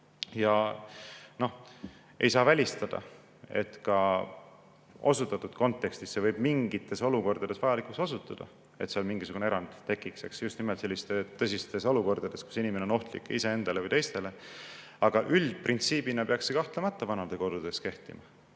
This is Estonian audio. Ei saa välistada, et ka osutatud kontekstis võib osutuda mingites olukordades vajalikuks, et tekiks mingisugune erand. Just nimelt sellistes tõsistes olukordades, kus inimene on ohtlik iseendale või teistele. Aga üldprintsiibina peaks see kahtlemata vanadekodudes kehtima.